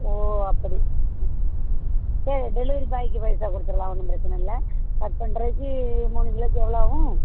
ஓ அப்படி சரி டெலிவரி பாய்க்கு பைசா கொடுத்துட்லாம் ஒன்றும் பிரச்சினை இல்லை கட் பண்ணுறதுக்கு மூணு கிலோவுக்கு எவ்வளோ ஆகும்